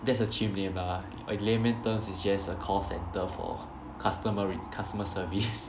that's a chim name lah in layman terms it's just a call center for customer re~ customer service